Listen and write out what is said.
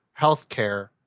healthcare